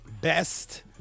best